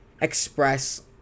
express